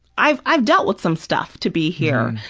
i've i've dealt with some stuff to be here,